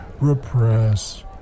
Repress